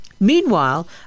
Meanwhile